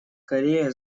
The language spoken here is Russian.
корея